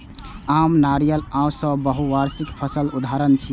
आम, नारियल आ सेब बहुवार्षिक फसलक उदाहरण छियै